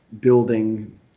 building